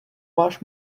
máš